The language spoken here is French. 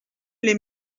les